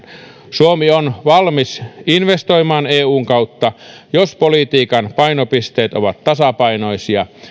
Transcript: suomi on valmis investoimaan eun kautta jos politiikan painopisteet ovat tasapainoisia